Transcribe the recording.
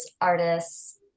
artists